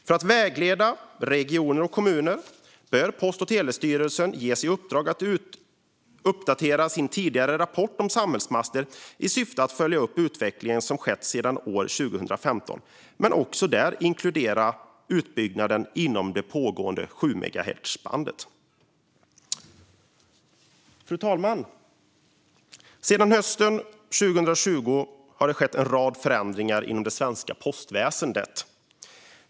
För att vägleda regioner och kommuner bör Post och telestyrelsen ges i uppdrag att uppdatera sin tidigare rapport om samhällsmaster i syfte att följa upp den utveckling som skett sedan år 2015 och även inkludera utbyggnaden av 700-megahertzbandet. Fru talman! Sedan hösten 2020 har det skett en rad förändringar i det svenska postväsendet.